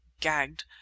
gagged